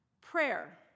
Prayer